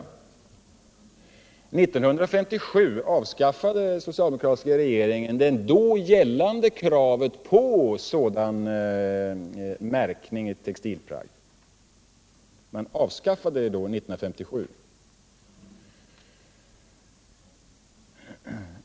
Torsdagen den 1957 avskaffade den socialdemokratiska regeringen det då gällande kravet 16 mars 1978 på sådan märkning av textilplagg.